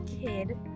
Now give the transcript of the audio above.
kid